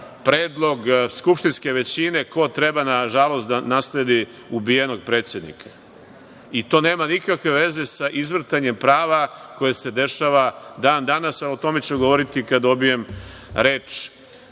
predlog skupštinske većine ko treba nažalost da nasledi ubijenog predsednika. To nema nikakve veze sa izvrtanjem prava koje se dešava dan danas. O tome ću govoriti kada dobijem reč